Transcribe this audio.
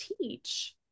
teach